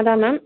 அதான் மேம்